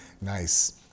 Nice